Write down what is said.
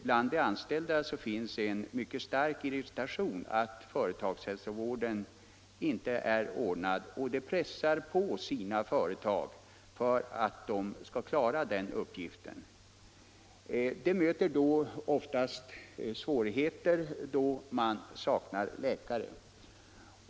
Bland de anställda råder ofta en stark irritation på grund av att företagshälsovården inte är ordnad, varför de pressar på sina företag för att dessa skall fullgöra den uppgiften. Oftast stöter detta på svårigheter, eftersom det saknas läkare.